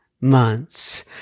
months